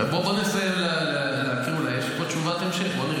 בוא נסיים להקריא, יש פה תשובת המשך, בוא נראה.